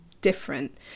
different